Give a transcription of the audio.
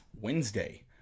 Wednesday